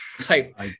type